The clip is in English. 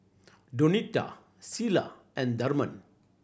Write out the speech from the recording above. Donita Cilla and Thurman